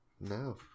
No